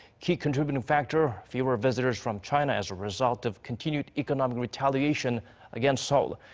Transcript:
key contributing factor fewer visitors from china as a result of continued economic retaliation against seoul.